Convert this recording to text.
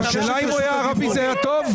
השאלה אם הוא היה ערבי זה היה טוב.